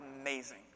amazing